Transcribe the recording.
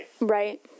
Right